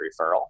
referral